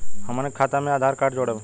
हमन के खाता मे आधार कार्ड जोड़ब?